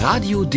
Radio